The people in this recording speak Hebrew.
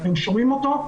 הם שומעים אותו,